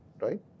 right